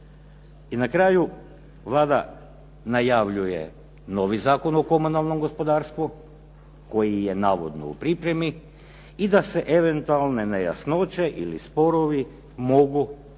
I na kraju, Vlada najavljuje novi Zakon o komunalnom gospodarstvu koji je navodno u pripremi i da se eventualne nejasnoće ili sporovi mogu regulirati